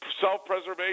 self-preservation